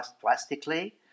drastically